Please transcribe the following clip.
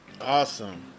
Awesome